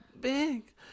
big